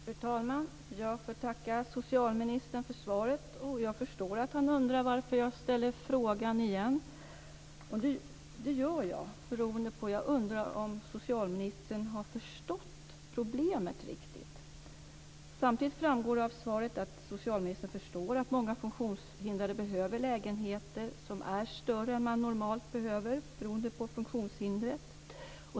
Fru talman! Jag får tacka socialministern för svaret. Jag förstår att han undrar varför jag ställer frågan igen. Det gör jag beroende på att jag undrar om socialministern riktigt har förstått problemet. Samtidigt framgår det av svaret att socialministern förstår att många funktionshindrade behöver lägenheter som är större än man normalt behöver beroende på funktionshindret.